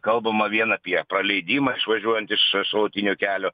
kalbama vien apie praleidimą išvažiuojant iš šalutinio kelio